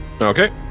Okay